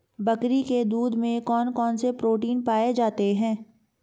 बकरी के दूध में कौन कौनसे प्रोटीन पाए जाते हैं?